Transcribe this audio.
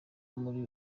muri